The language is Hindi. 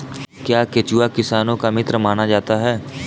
क्या केंचुआ किसानों का मित्र माना जाता है?